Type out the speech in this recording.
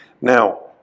Now